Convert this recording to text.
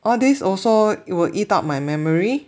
all these also it will eat up my memory